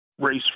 race